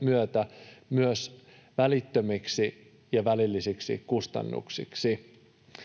myötä myös välittömiksi ja välillisiksi kustannuksiksi.